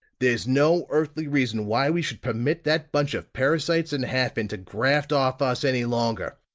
there's no earthly reason why we should permit that bunch of parasites in hafen to graft off us any longer!